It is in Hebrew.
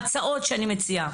ההצעות שאני מציעה.